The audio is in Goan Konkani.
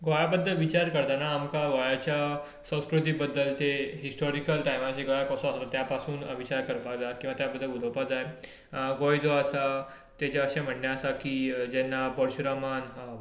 गोंयां बद्दल विचार करतना आमकां गोंयच्या संस्कृती बद्दल ते हिस्टोरिकल टायमार गोंयां कसो आसलो त्या पासून विचार करपाक जाय किंवा त्या बद्दल उलोवपाक जाय गोंय जो आसा ताजें अशें म्हण्णें आसा की जेन्ना परशुरामान